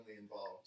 involved